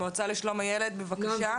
המועצה לשלום הילד, בבקשה.